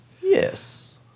Yes